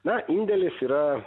na indėlis yra